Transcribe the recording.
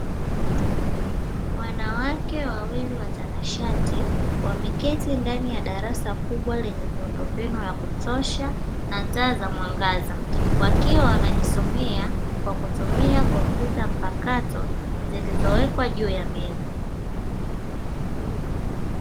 Wanawake wawili watanashati, wameketi ndani ya darasa kubwa lenye miundombinu ya kutosha na taa za mwangaza, wakiwa wanajisomea kwa kutumia kompyuta mpakato zilizowekwa juu ya meza.